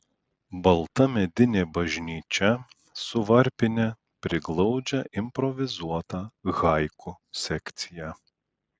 balta medinė bažnyčia su varpine priglaudžia improvizuotą haiku sekciją